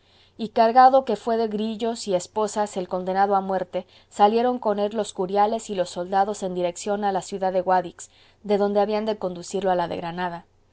y cargado que fué de grillos y esposas el condenado a muerte salieron con él los curiales y los soldados en dirección a la ciudad de guadix de donde habían de conducirlo a la de granada